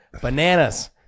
Bananas